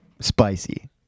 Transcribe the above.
Spicy